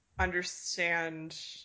understand